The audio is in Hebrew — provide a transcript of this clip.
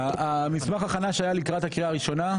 מסמך ההכנה שהיה לקראת הקריאה הראשונה?